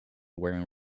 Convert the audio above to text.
wearing